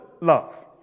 love